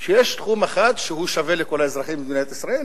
שיש תחום אחד שהוא שווה לכל האזרחים במדינת ישראל,